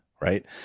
right